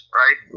right